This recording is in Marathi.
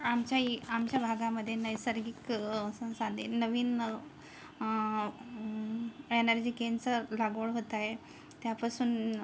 आमच्या इ आमच्या भागामध्ये नैसर्गिक संसाधने नवीन एनर्जिक यांची लागवड होत आहे त्यापासून